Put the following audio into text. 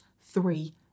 three